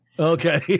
Okay